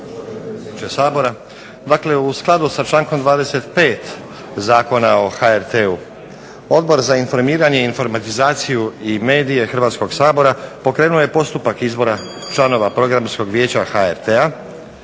u skladu sa člankom 25. Zakona o HRT-u Odbor za informiranje, informatizaciju i medije Hrvatskog sabora pokrenuo je postupak izbora članova Programskog vijeća HRT-a